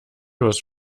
was